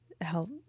help